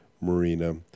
marina